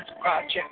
project